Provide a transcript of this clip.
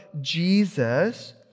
Jesus